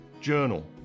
journal